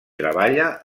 treballa